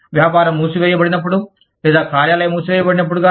వ్యాపారం మూసివేయబడినప్పుడు లేదా కార్యాలయం మూసివేయబడినప్పుడు గాని